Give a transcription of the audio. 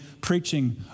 preaching